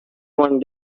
one